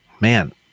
Man